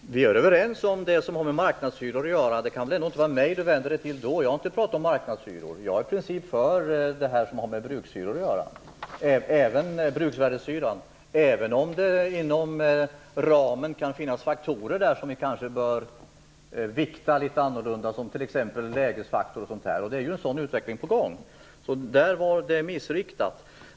Fru talman! Vi är överens om det som har med marknadshyror att göra. Det kan väl ändå inte vara mig Owe Hellberg vänder sig till när han talar om marknadshyror. Jag har inte pratat om marknadshyror. Jag är i princip för bruksvärdeshyror, även om det inom den ramen kan finnas faktorer som vi kanske bör vikta litet annorlunda, t.ex. lägesfaktorn. Det är ju en sådan utveckling på gång. Det var missriktat.